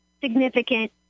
significant